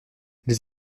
les